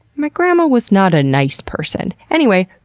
my grandma was not a nice person. anyway,